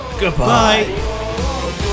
Goodbye